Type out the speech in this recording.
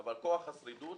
אבל כוח השרידות